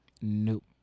Nope